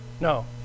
No